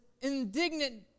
indignant